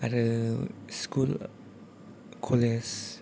आरो school college